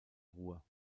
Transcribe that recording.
ruhr